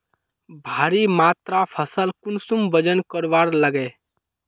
भारी मात्रा फसल कुंसम वजन करवार लगे?